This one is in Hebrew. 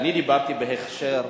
תראה, אני דיברתי בהקשר של,